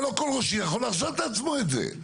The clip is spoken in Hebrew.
אבל לא כל ראש עיר יכול להרשות לעצמו את זה.